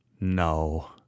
No